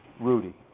Rudy